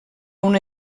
una